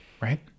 Right